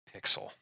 pixel